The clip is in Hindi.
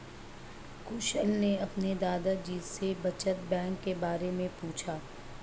कुशल ने अपने दादा जी से बचत बैंक के बारे में पूछा